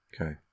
Okay